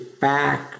back